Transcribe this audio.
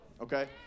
Okay